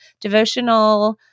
devotional